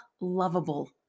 lovable